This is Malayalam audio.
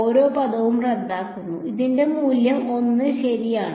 ഓരോ പദവും റദ്ദാക്കുന്നു അതിന്റെ മൂല്യം 1 ശരിയാണ്